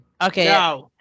okay